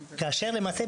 מבין?